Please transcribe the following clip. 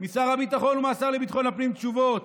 משר הביטחון ומהשר לביטחון הפנים תשובות.